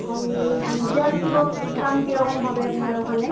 আর ওই জ্যামিতি বক্সের দাম কী রকম হবে আপনার ওখানে